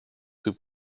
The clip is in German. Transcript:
gibt